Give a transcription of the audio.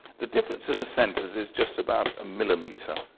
the difference in the centers is just about a millimeter.